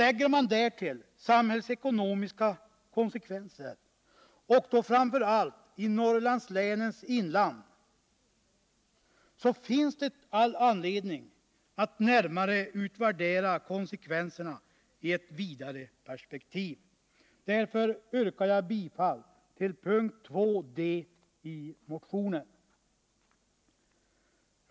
Om man därtill lägger de samhällsekonomiska verkningarna — framför allt när det gäller Norrlandslänens inland — finns det all anledning att närmare utvärdera konsekvenserna i ett vidare perspektiv. Jag yrkar således bifall till punkt 2 d) i motionen.